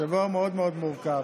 שבוע מאוד מאוד מורכב.